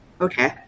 Okay